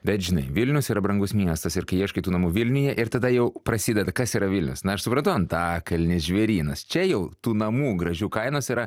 bet žinai vilnius yra brangus miestas ir kai ieškai tų namų vilniuje ir tada jau prasideda kas yra vilnius na aš supratau antakalnis žvėrynas čia jau tų namų gražių kainos yra